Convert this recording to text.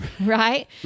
right